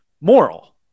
moral